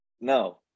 no